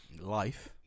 Life